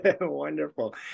Wonderful